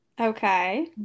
Okay